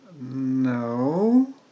No